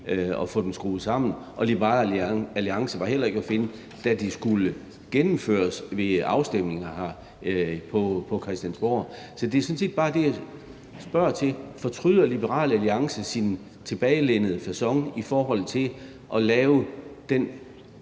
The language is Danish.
at få dem skruet sammen. Liberal Alliance var heller ikke at finde, da de skulle gennemføres ved afstemningerne her på Christiansborg. Så det er sådan set bare det, jeg spørger til: Fortryder Liberal Alliance sin tilbagelænede facon i forhold til at lave det